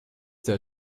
there